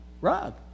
rug